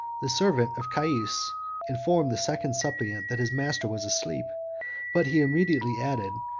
the servant of kais informed the second suppliant that his master was asleep but he immediately added,